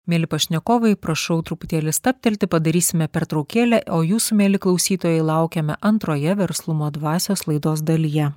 mieli pašnekovai prašau truputėlį stabtelti padarysime pertraukėlę o jūsų mieli klausytojai laukiame antroje verslumo dvasios laidos dalyje